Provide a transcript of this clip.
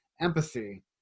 empathy